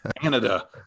Canada